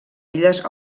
illes